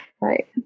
Right